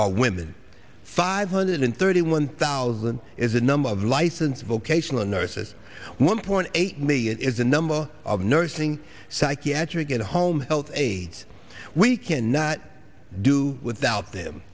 are women five hundred and thirty one thousand is a number of license vocational nurses one point eight million is the number of nursing psychiatric and home health aides we cannot do without them